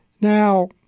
Now